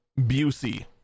Busey